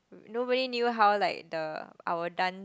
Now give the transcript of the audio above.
nobody knew how like the our dance